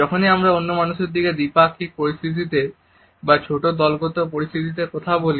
যখনই আমরা অন্য মানুষের সাথে দ্বিপাক্ষিক পরিস্থিতিতে বা ছোট দলগত পরিস্থিতিতে কথা বলি